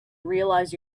realize